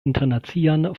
internacian